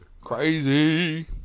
Crazy